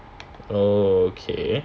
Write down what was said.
oh okay